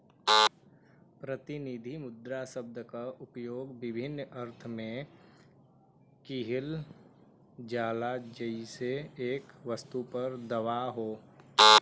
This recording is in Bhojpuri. प्रतिनिधि मुद्रा शब्द क उपयोग विभिन्न अर्थ में किहल जाला जइसे एक वस्तु पर दावा हौ